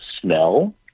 smell